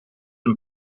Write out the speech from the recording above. een